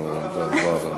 אתם אומרים.